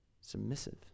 submissive